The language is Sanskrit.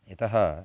यतः